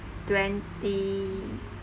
twenty